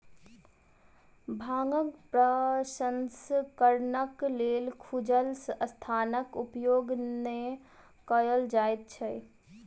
भांगक प्रसंस्करणक लेल खुजल स्थानक उपयोग नै कयल जाइत छै